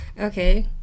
okay